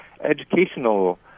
educational